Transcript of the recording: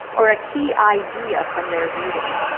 or a key idea from their reading.